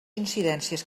incidències